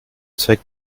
zweck